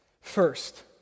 first